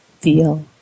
feel